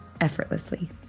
effortlessly